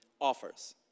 offers